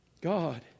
God